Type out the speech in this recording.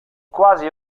quasi